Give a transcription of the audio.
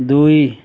ଦୁଇ